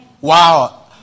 Wow